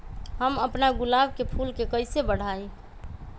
हम अपना गुलाब के फूल के कईसे बढ़ाई?